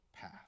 path